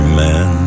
man